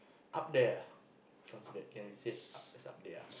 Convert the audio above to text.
up there ah considered can be said uh it's up there ah